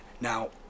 Now